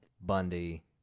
Bundy